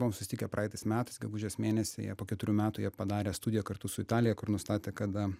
buvom susitikę praeitais metais gegužės mėnesį jie po keturių metų jie padarė studiją kartu su italija kur nustatė kada